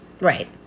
right